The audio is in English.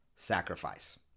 Sacrifice